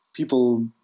People